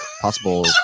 possible